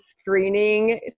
screening